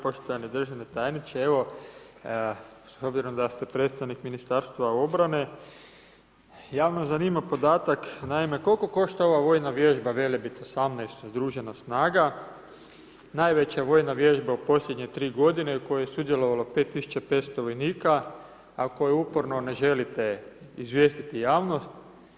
Poštovani državni tajniče, evo s obzirom da ste predstavnik MORH-a, javnost zanima podatak naime, koliko košta ova vojna vježba Velebit-18 združena snaga, najveća vojna vježba u posljednje 3 godine u kojoj je sudjelovalo 5500 vojnika, a koju uporno ne želite izvijestiti javnost.